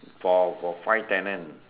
for for five tenant